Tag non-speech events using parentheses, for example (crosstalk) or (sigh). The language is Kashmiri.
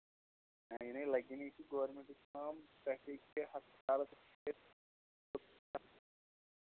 نہ یہِ نَے لَگی نہٕ یہِ چھِ گورمٮ۪نٛٹٕچ کٲم (unintelligible)